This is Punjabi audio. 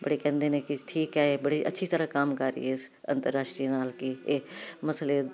ਬੜੇ ਕਹਿੰਦੇ ਨੇ ਕਿ ਠੀਕ ਹੈ ਇਹ ਬੜੀ ਅੱਛੀ ਤਰਾਂ ਕੰਮ ਕਰ ਰਹੀ ਹੈ ਅੰਤਰਰਾਸ਼ਟਰੀ ਰਲ ਕੇ ਇਹ ਮਸਲੇ